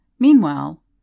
Meanwhile